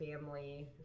family